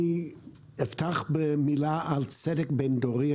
אפתח במילה על צדק בין-דורי.